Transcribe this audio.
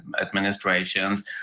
administrations